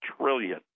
trillion